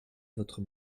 votre